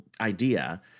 idea